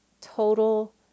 total